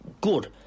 good